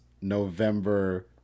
November